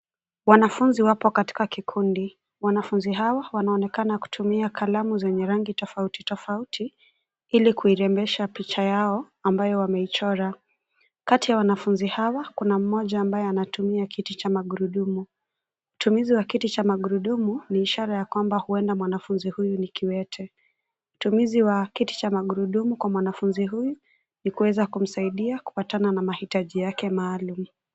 Wanafunzi wapo katika kikundi. Wanafunzi hawa wanaonekana kutumia kalamu zenye rangi tofauti tofauti ili kuirembesha picha yao ambayo wameichora. Kati ya wanafunzi hawa kuna mmoja ambaye anatumia kiti cha magurudumu. Utumizi wa kiti cha magururdumu ni ishara ya kwamba huenda mwanafunzi huyu ni kiwete. Utumuzi wa kiti cha magurudumu kwa mwanafunzi huyu ni kuweza kumsaidia kupatana na mahitaji yake maalum